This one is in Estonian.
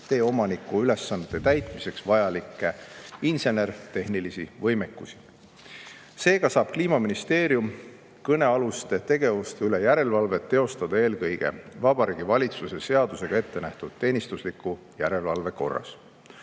tee omaniku ülesannete täitmiseks vajalikke insener-tehnilisi võimekusi. Seega saab Kliimaministeerium kõnealuste tegevuste üle järelevalvet teostada eelkõige Vabariigi Valitsuse seadusega ettenähtud teenistusliku järelevalve korras.